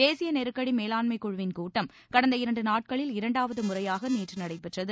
தேசிய நெருக்கடி மேலாண்மைக்குழுவின் கூட்டம் கடந்த இரண்டு நாட்களில் இரண்டாவது முறையாக நேற்று நடைபெற்றது